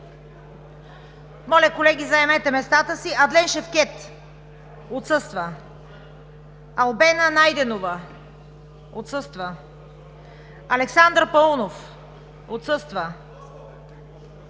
Моля, колеги, заемете местата си.